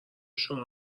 شما